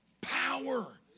power